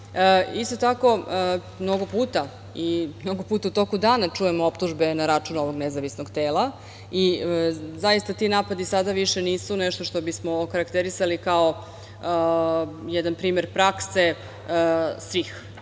Isto tako, mnogo puta i mnogo puta u toku dana čujemo optužbe na račun ovog nezavisnog tela, i zaista ti napadi sada više nisu nešto što bismo okarakterisali kao jedan primer prakse svih.